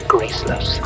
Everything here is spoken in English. Graceless